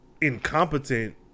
incompetent